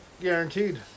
Guaranteed